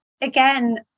again